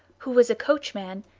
who was a coachman,